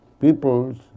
people's